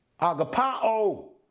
Agapao